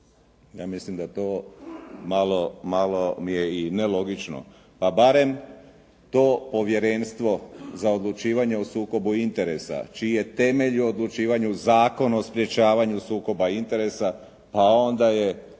Ja mislim da je to malo mi je i nelogično. Pa barem to Povjerenstvo za odlučivanje o sukobu interesa čiji je temelj u odlučivanju Zakon o sprječavanju sukoba interesa, pa onda je